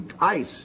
ice